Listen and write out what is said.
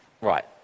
Right